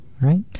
Right